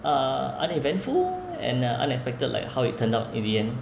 uh uneventful and uh unexpected like how it turned out in the end